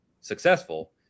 successful